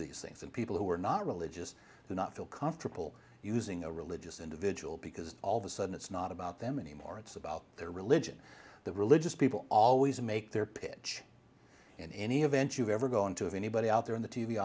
these things and people who are not religious do not feel comfortable using a religious individual because all of a sudden it's not about them anymore it's about their religion the religious people always make their pitch in any event you've ever gone to anybody out there in the t